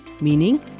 Meaning